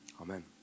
Amen